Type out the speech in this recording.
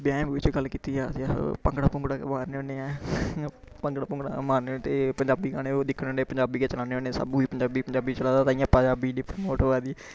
ब्याहें ब्युहें च गल्ल कीती जा ते अहें भंगड़ा भुंगड़ा गै मारने भंगड़ा भुंगड़ा गै मारने ते पंजाबी गाने ओह् दिक्खने हुन्ने पंजाबी केह् चलाने हुन्ने सब उ'ऐ पंजाबी पंजाबी चला दा ताइयें पंजाबी